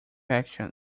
action